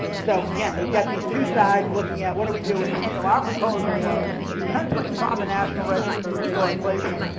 so, again, we've got these two sides looking at what do we do with this? so, our proposal was, because this is on the national register of historic places,